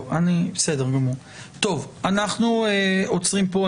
אנחנו עוצרים פה.